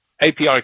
API